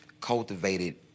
cultivated